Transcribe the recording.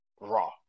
Raw